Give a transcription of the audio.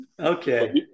Okay